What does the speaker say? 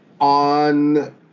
On